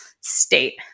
state